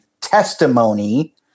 testimony